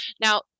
now